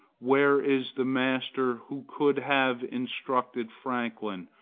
where is the master who could have instructed franklin,